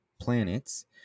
planets